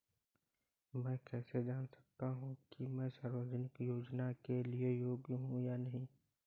मैं कैसे जान सकता हूँ कि मैं सामाजिक योजना के लिए योग्य हूँ या नहीं?